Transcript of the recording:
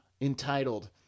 entitled